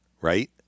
right